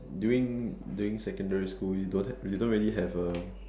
during during secondary school we don't we don't really have a